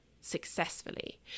successfully